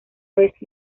vez